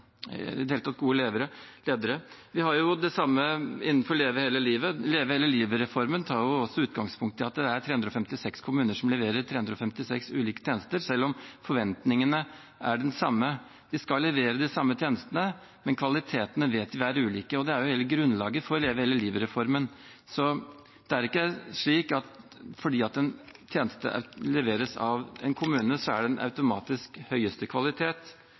gode ledere. Vi har det samme innenfor Leve hele livet-reformen. Den tar også utgangspunkt i at det er 356 kommuner som leverer 356 ulike tjenester, selv om forventningene er de samme. De skal levere de samme tjenestene, men kvaliteten vet vi er ulik. Det er hele grunnlaget for Leve hele livet-reformen. Det er ikke slik at fordi en tjeneste leveres av en kommune, er den automatisk av høyeste kvalitet. Det er heller ikke slik at hvis en tjeneste leveres av en privat leverandør, er den spekulativ og av dårlig kvalitet